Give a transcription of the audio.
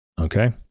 Okay